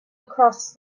across